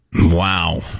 Wow